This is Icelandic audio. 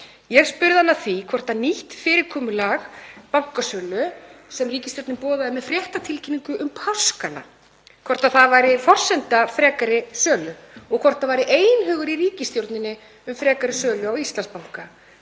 Ég spurði hann að því hvort nýtt fyrirkomulag bankasölu sem ríkisstjórnin boðaði með fréttatilkynningu um páskana, væri forsenda frekari sölu og hvort það var einhugur í ríkisstjórninni um frekari sölu á Íslandsbanka.